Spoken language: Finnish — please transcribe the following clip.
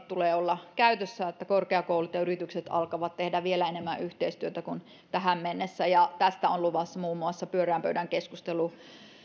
tulee olla käytössä että korkeakoulut ja yritykset alkavat tehdä vielä enemmän yhteistyötä kuin tähän mennessä ja tästä on luvassa muun muassa pyöreän pöydän keskustelu